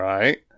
Right